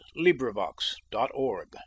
LibriVox.org